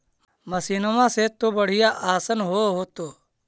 मसिनमा से तो बढ़िया आसन हो होतो?